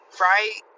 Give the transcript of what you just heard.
right